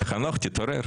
מי נמנע?